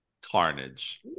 Carnage